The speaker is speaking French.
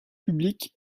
public